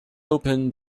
open